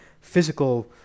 physical